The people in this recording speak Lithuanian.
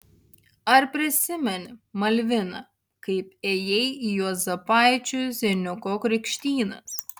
ar prisimeni malvina kaip ėjai į juozapaičių zeniuko krikštynas